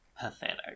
pathetic